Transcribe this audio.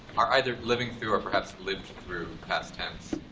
are either living through, or perhaps lived through past tense.